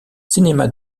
cinéma